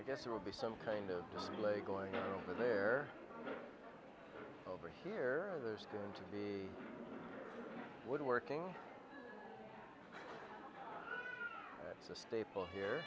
guess will be some kind of like going over there over here there's going to be woodworking that's a staple here